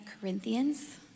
Corinthians